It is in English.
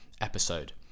episode